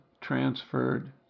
transferred